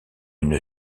une